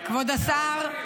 כשיש תחושת שותפות אמיתית,